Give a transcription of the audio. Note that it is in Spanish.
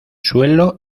suelo